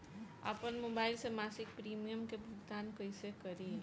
आपन मोबाइल से मसिक प्रिमियम के भुगतान कइसे करि?